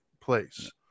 place